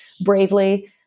bravely